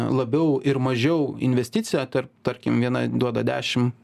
labiau ir mažiau investicija tarp tarkim viena duoda dešim